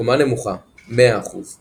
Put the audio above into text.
קומה נמוכה 100%